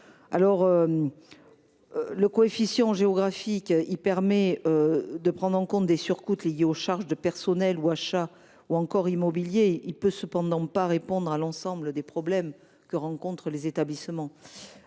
santé. Le coefficient géographique permet de prendre en compte les surcoûts liés aux charges de personnel, aux achats ou aux possessions immobilières. Il ne peut cependant pas répondre à l’ensemble des problèmes que rencontrent nos établissements